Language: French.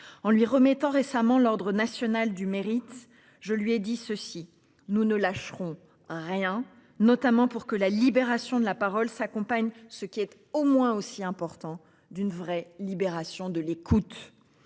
en lui remettant récemment l'Ordre national du Mérite. Je lui ai dit ceci, nous ne lâcherons rien notamment pour que la libération de la parole s'accompagne ce qui est au moins aussi important d'une vraie libération, de l'écoute.